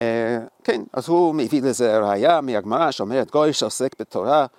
‫כן, אז הוא מביא לזה ראייה ‫מהגמרא, שאומרת כל מי ‫שעוסק בתורה.